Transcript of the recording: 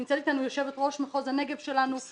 נמצאת אתנו יושבת ראש מחוז הנגב שלנו.